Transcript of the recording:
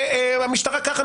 המשטרה כך,